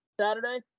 Saturday